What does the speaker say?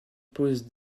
pause